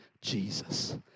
Jesus